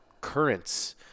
currents